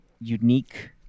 unique